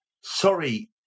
sorry